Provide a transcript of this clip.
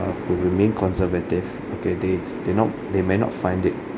will remain conservative okay they they not they may not find it